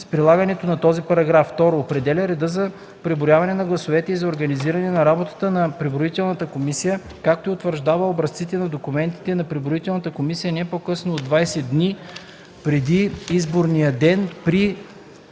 с прилагането на този параграф; 2. определя реда за преброяване на гласовете и за организиране на работата на преброителната комисия, както и утвърждава образците на документите на преброителната комисия не по-късно от 20 дни преди изборния ден; при